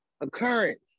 Occurrence